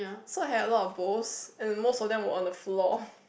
so I had a lot of bowls and most of them were on the floor